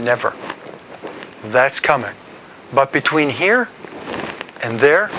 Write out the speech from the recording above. never that's coming but between here and there